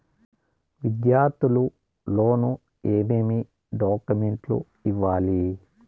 విద్యార్థులు లోను ఏమేమి డాక్యుమెంట్లు ఇవ్వాలి?